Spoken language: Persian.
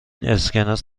اسکناس